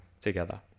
together